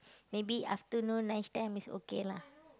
maybe afternoon lunch time is okay lah